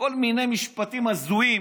כל מיני משפטים הזויים